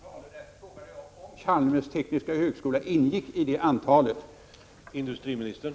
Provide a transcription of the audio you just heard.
Herr talman! Vi har fört sådana diskussioner med Chalmers, och vi gör det för närvarande med samtliga de tekniska högskolorna.